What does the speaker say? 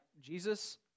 Jesus